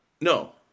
No